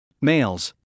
Males